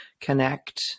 connect